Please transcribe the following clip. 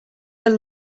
del